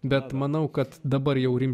bet manau kad dabar jauniems